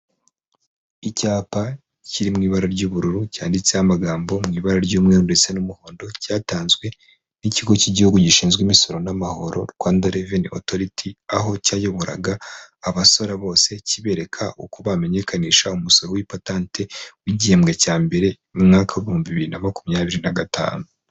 Icyapa kiri mu ibara ry'ubururu cyanditseho amagambo mu ibara ry'umweru ndetse n'umuhondo, cyatanzwe n'ikigo cy'igihugu gishinzwe imisoro n'amahoro Rwanda reveni otoriti, aho cyayoboraga abaso bose kibereka uko bamenyekanisha umusoro w'ipatante w'igihembwe cya mbere mu mwaka w'ihumbi bibiri na makumyabiri na gatanu.